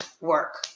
work